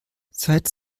seit